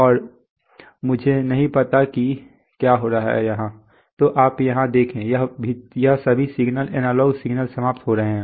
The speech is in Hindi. और उफ़ मुझे नहीं पता कि क्या हो रहा है हाँ तो आप यहाँ देखें ये सभी सिग्नल एनालॉग सिग्नल समाप्त हो रहे हैं